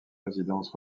résidences